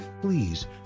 Please